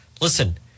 listen